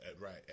Right